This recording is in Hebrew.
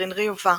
קתרין ריואה